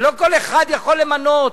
ולא כל אחד יכול למנות.